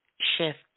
shift